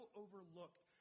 overlooked